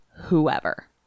whoever